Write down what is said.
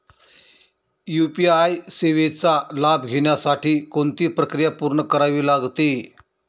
UPI सेवेचा लाभ घेण्यासाठी कोणती प्रक्रिया पूर्ण करावी लागते?